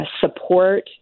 support